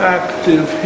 active